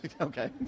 Okay